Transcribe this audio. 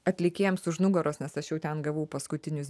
atlikėjams už nugaros nes aš jau ten gavau paskutinius